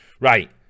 Right